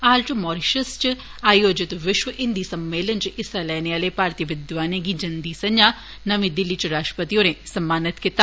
हाल इच मारीशियस इच आयोजित विश्व हिन्दी सम्मेलन इच हिस्सा लैने आले भारतीय विद्वानें गी जंदी संजा नमीं दिल्ली इच राष्ट्रपति होरें सम्मानित कीता